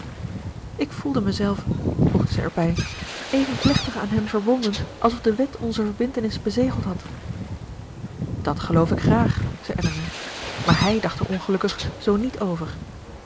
ik voelde mijzelve voegde zij erbij even plechtig aan hem verbonden alsof de wet onze verbintenis bezegeld had dat geloof ik graag zei elinor maar hij dacht er ongelukkig zoo niet over